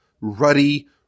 ruddy